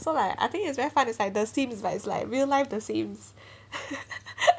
so like I think is very fun is like the scene is like is like real life the sims